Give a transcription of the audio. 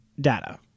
data